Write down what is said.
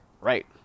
right